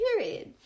period